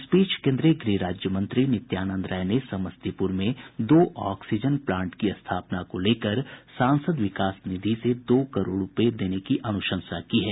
इस बीच केन्द्रीय गृह राज्यमंत्री नित्यानंद राय ने समस्तीपुर में दो ऑक्सीजन प्लांट की स्थापना को लेकर सांसद विकास निधि से दो करोड़ रूपये देने की अनुशंसा की है